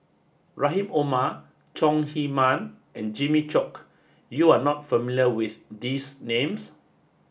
Rahim Omar Chong Heman and Jimmy Chok You are not familiar with these names